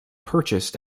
purchased